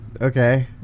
Okay